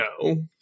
no